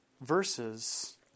verses